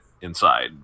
inside